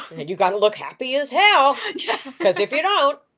and you gotta look happy as hell because if you don't,